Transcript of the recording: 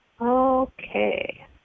Okay